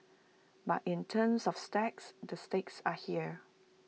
but in terms of stakes the stakes are here